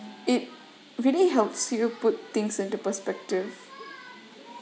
it really helps you put things into perspective